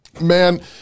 Man